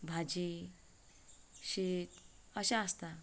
भाजी शीत अशें आसता